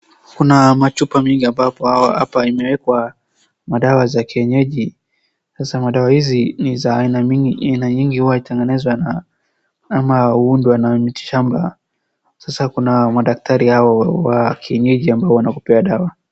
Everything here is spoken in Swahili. Kuna machupa mingi ambapo hapa imewekwa amadawa za kienyeji sasa madawa hizi ni za aina mingi huwa inatengenezwa na ama huundwa na miti shamba sasa kuna madaktari hawa wa kienyeji ambao wanakupea dawa.